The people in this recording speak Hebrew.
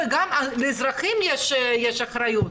גם לאזרחים יש אחריות,